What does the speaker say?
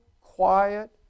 quiet